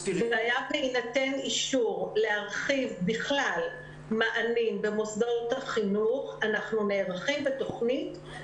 על סדר-היום: 1.היערכות מערכת החינוך ללימוד המקוון במגזר הערבי.